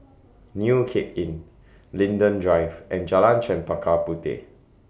New Cape Inn Linden Drive and Jalan Chempaka Puteh